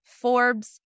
Forbes